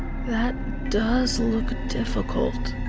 that does look difficult.